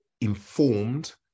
informed